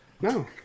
no